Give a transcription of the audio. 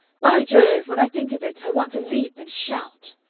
by jove! when i think of it i want to leap and shout!